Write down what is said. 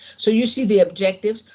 so you see the objectives,